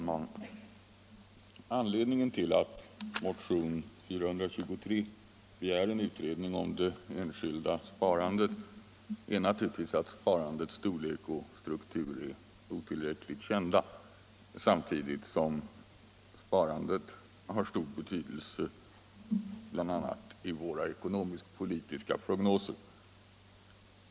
Herr talman! Anledningen till att motionen 423 begär en utredning om det enskilda sparandet är naturligtvis att sparandets storlek och struktur är otillräckligt kända samtidigt som sparandet har stor betydelse bl.a. i våra ekonomisk-politiska prognoser.